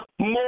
more